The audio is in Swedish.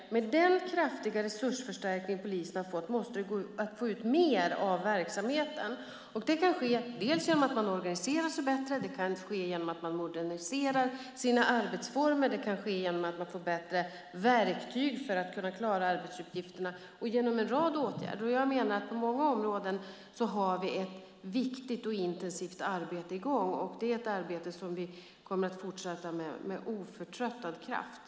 Med den kraftiga resursförstärkning som polisen har fått tycker jag att det måste gå att få ut mer av verksamheten. Det kan ske genom att man organiserar sig bättre, genom att man moderniserar sina arbetsformer, genom att man får bättre verktyg för att kunna klara arbetsuppgifterna och genom en rad åtgärder. Jag menar att vi på många områden har ett viktigt och intensivt arbete i gång, och det är ett arbete som vi kommer att fortsätta med oförtröttlig kraft.